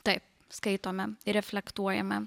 taip skaitome reflektuojame